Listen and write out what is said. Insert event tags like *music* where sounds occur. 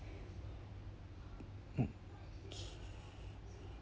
mm *noise*